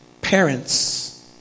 parents